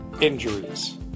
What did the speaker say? injuries